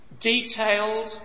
detailed